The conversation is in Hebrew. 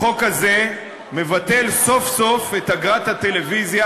החוק הזה מבטל סוף-סוף את אגרת הטלוויזיה,